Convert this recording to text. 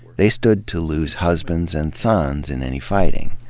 they stood to lose husbands and sons in any fighting.